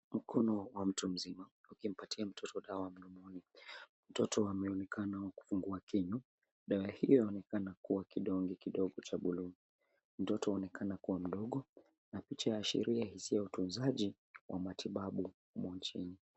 Mkono wa mtu mzima ukimpatia mtoto dawa mdomoni. Mtoto anaonekana kufungua kinywa. Dawa hiyo inaonekana kuwa kidonge kidogo cha bluu. Mtoto anaonekana kuwa mdogo na picha yaashiria utunzaji wa matibabu humu nchini.